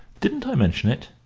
didn't i mention it?